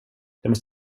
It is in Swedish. måste